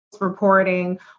reporting